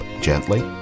gently